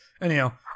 anyhow